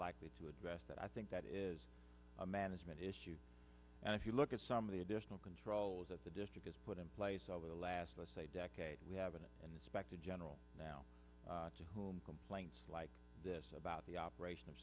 likely to address that i think that is a management issue and if you look at some of the additional controls that the district has put in place over the last decade we have an inspector general now whom complaints like this about the operation of